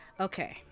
Okay